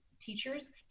teachers